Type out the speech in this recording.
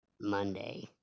Monday